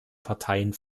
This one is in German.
parteien